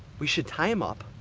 we should tie him up!